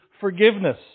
forgiveness